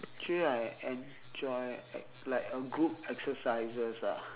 actually I enjoy like a group exercises ah